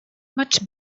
much